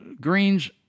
Green's